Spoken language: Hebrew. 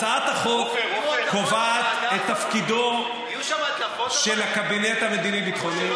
הצעת החוק קובעת את תפקידו של הקבינט המדיני-ביטחוני.